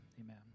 Amen